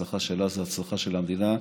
הצלחה שלה זו הצלחה של המדינה.